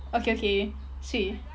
okay okay sweet